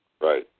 Right